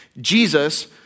Jesus